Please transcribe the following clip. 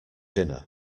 dinner